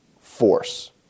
Force